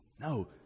No